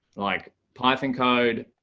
like python code.